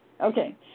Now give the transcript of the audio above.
Okay